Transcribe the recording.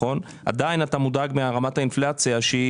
עדיין אתה מודאג מרמת האינפלציה שהיא